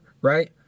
right